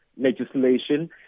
legislation